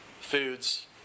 foods